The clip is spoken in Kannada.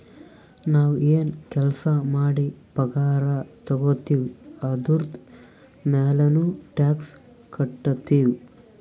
ನಾವ್ ಎನ್ ಕೆಲ್ಸಾ ಮಾಡಿ ಪಗಾರ ತಗೋತಿವ್ ಅದುರ್ದು ಮ್ಯಾಲನೂ ಟ್ಯಾಕ್ಸ್ ಕಟ್ಟತ್ತಿವ್